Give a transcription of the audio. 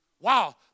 Wow